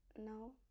No